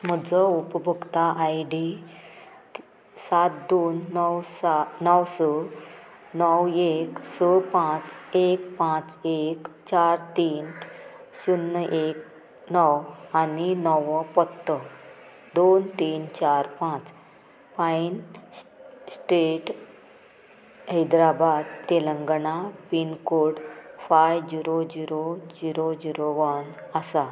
म्हजो उपभोक्ता I D सात दोन णव सा णव स णव एक स पांच एक पांच एक चार तीन शुन्य एक णव आनी नवो पत्तो दोन तीन चार पांच पायन स् street Hyderabad Telangana pin code five zero zero zero zero one आसा